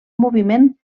moviment